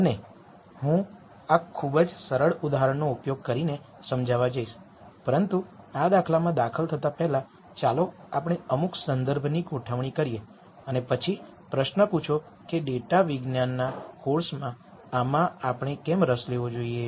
અને હું આ ખૂબ જ સરળ ઉદાહરણનો ઉપયોગ કરીને સમજાવવા જઈશ પરંતુ આ દાખલામાં દાખલ થતા પહેલા ચાલો આપણે અમુક સંદર્ભની ગોઠવણી કરીએ અને પછી પ્રશ્ન પૂછો કે ડેટાવિજ્ઞાનના કોર્સમાં આમાં આપણે કેમ રસ લેવો જોઈએ